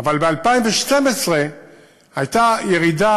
אבל ב-2012 הייתה ירידה,